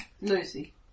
Lucy